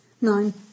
Nine